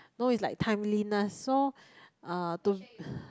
no it's like timeliness so uh to